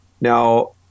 Now